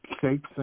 shapes